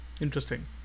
Interesting